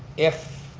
if